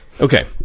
Okay